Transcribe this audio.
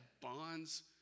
bonds